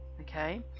okay